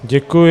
Děkuji.